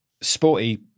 sporty